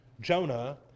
Jonah